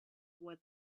what